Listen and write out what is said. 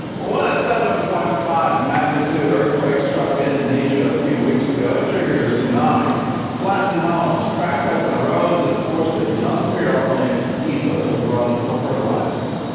what a seven point five magnitude earthquake struck indonesia a few weeks ago triggered a tsunami flattened homes cracked open roads and forced a young girl named if a to run for her life.